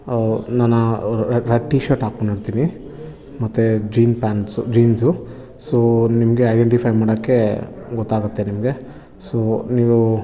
ನಾನು red T shirt ಹಾಕ್ಕೊಂಡಿರ್ತೀನಿ ಮತ್ತು ಜೀನ್ ಪಾಂಟ್ಸು ಜೀನ್ಸು ಸೋ ನಿಮಗೆ ಐಡೆಂಟಿಫೈ ಮಾಡೋಕ್ಕೆ ಗೊತ್ತಾಗುತ್ತೆ ನಿಮಗೆ ಸೋ ನೀವು